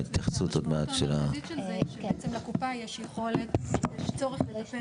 המשמעות המרכזית היא שלקופה יש צורך לטפל